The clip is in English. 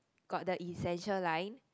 got the essential line